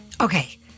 Okay